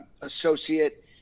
associate